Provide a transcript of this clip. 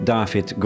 David